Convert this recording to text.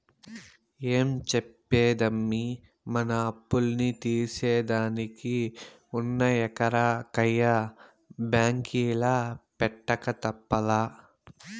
ఏం చెప్పేదమ్మీ, మన అప్పుల్ని తీర్సేదానికి ఉన్న ఎకరా కయ్య బాంకీల పెట్టక తప్పలా